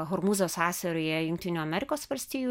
hormūzo sąsiauryje jungtinių amerikos valstijų